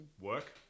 Work